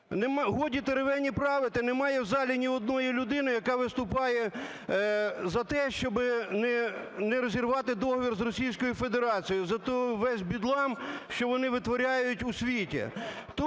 Годі теревені правити, немає в залі ні одної людини, яка виступає за те, щоби не розірвати договір з Російською Федерацією, за той весь бедлам, що вони витворяють у світі.